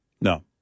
No